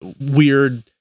weird